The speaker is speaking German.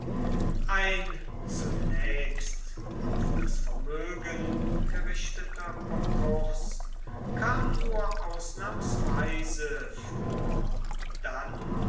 ein zunächst auf das vermögen gerichteter konkurs kam nur ausnahmsweise vor dann